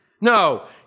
No